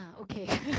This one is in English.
okay